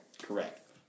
Correct